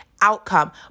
outcome